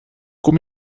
kom